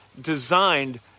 designed